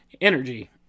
Energy